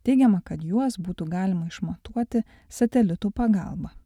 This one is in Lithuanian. teigiama kad juos būtų galima išmatuoti setelitų pagalba